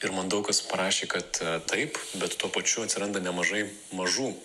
ir man daug kas parašė kad taip bet tuo pačiu atsiranda nemažai mažų